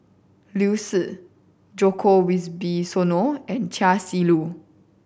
Liu Si Djoko Wibisono and Chia Shi Lu